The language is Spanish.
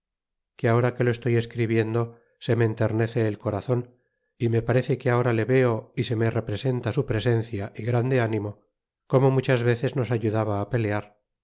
que ahora que lo estoy escribiendo se me enternece el corazon é me parece que ahora le veo y se me representa su presencia y grande ánimo como muchas veces nos ayudaba pelear